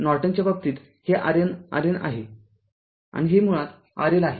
नॉर्टनच्या बाबतीतहे IN RN आहे आणि हे मुळात R L आहे